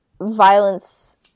violence